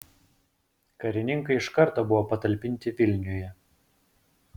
karininkai iš karto buvo patalpinti vilniuje